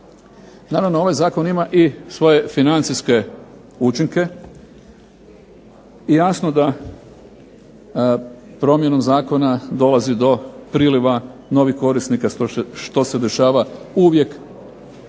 Naravno ovaj zakon ima i svoje financijske učinke i jasno da promjenom zakona dolazi do priljeva novih korisnika što se dešava uvijek